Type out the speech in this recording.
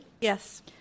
Yes